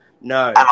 no